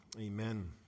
Amen